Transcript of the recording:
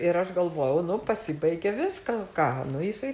ir aš galvojau nu pasibaigė viskas ką nu jisai